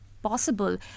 possible